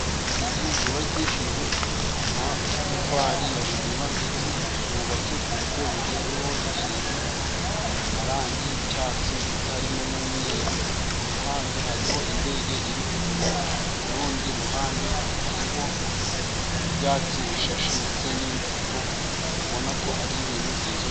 Inzu zubakishijwe amatafari ya Ruriba， ndetse zubatse ku buryo bugezweho，zisize amarangi y'icyatsi ndetse harimo n'umweru，ku ruhande hariho indege iri kuguruka， ku rundi ruhande hariho ibyatsi bishashe， ndetse n'imbuto ubona ko ari ibintu byiza cyane.